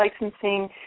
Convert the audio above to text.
Licensing